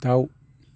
दाउ